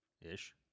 ish